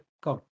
go